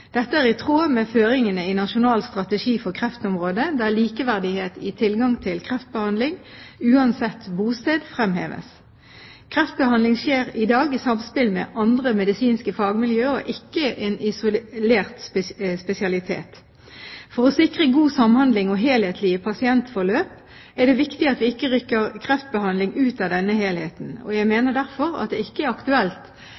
Dette er i tråd med føringene i Nasjonal strategi for kreftområdet, der likeverdighet i tilgang til kreftbehandling uansett bosted fremheves. Kreftbehandling skjer i dag i samspill med andre medisinske fagmiljøer og er ikke en isolert spesialitet. For å sikre god samhandling og helhetlige pasientforløp er det viktig at vi ikke rykker kreftbehandling ut av denne helheten. Jeg